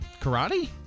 Karate